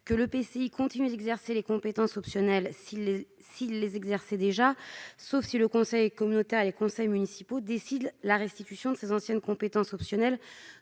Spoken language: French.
que l'EPCI continuera d'exercer les compétences optionnelles s'il les exerçait déjà, sauf si le conseil communautaire et les conseils municipaux décident la restitution aux communes des anciennes compétences optionnelles